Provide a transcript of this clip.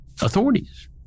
authorities